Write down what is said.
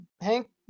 Hank